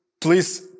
Please